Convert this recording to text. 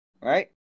right